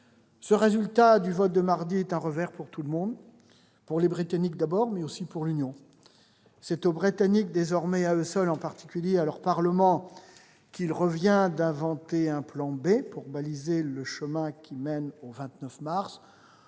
Le résultat du vote de mardi est un revers pour tout le monde : pour les Britanniques d'abord, mais aussi pour l'Union. C'est aux Britanniques désormais et à eux seuls, en particulier à leur Parlement, qu'il revient d'inventer un « plan B » pour baliser le chemin qui mène au 29 mars.